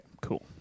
cool